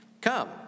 Come